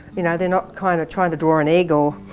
you know they're not kind of trying to draw an egg um